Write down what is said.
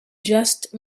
just